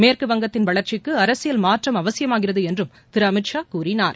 மேற்குவங்கத்தின் வளர்ச்சிக்கு அரசியல் மாற்றம் அவசியமாகிறது என்றும் திரு அமித் ஷா கூறினார்